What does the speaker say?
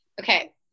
Okay